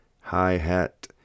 Hi-hat